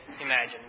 imagine